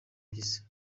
mpyisi